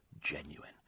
genuine